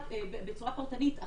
בצורה פרטנית,